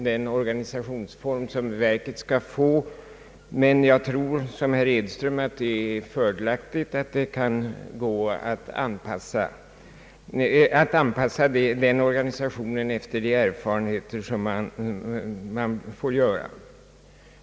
Den organisationsform som verket skall få är ju inte så fast skisserad, men jag tror som herr Edström att det går att anpassa organisationen efter de erfarenheter som man får göra.